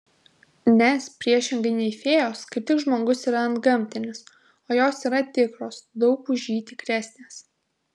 nes priešingai nei fėjos kaip tik žmogus yra antgamtinis o jos yra tikros daug už jį tikresnės